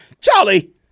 Charlie